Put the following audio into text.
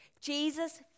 Jesus